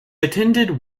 attended